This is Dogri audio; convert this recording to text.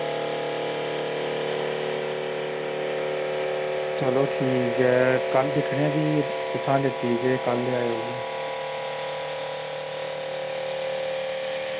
चलो ठीक ऐ कल दिक्खनेआं फ्ही ए कुत्थे दा लित्ती केह् कल लेआयो